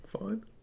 fine